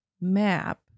map